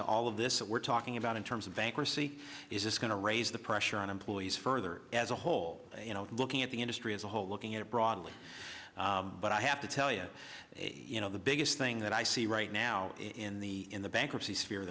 to all of this that we're talking about in terms of bankruptcy is just going to raise the pressure on employees further as a whole you know looking at the industry as a whole looking at it broadly but i have to tell you you know the biggest thing that i see right now in the in the bankruptcy sphere